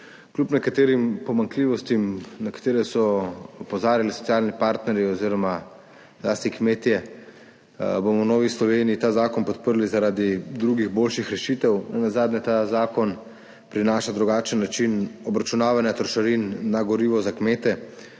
Kljub nekaterim pomanjkljivostim, na katere so opozarjali socialni partnerji oziroma zlasti kmetje, bomo v Novi Sloveniji ta zakon podprli zaradi drugih, boljših rešitev. Nenazadnje ta zakon prinaša drugačen način obračunavanja trošarin na gorivo za kmete.